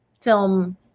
film